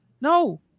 no